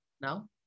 now